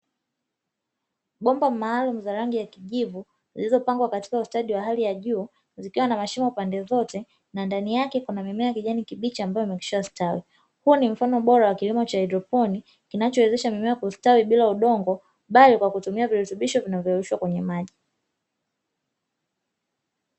Bomba maalumu za rangi ya kijivu zilizopangwa katika ustadi wa hali ya juu zikiwa na mashimo pande zote na ndani yake kuna mimea ya kijani kibichi amabyo imekwishastawi. Huo ni mfano bora wa kilimo cha haidroponi kinachowezesha mimea kustawi bila udongo bali kwa kutumia virutubisho vinavyoyeyushwa kwenye maji.